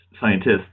scientists